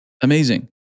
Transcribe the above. Amazing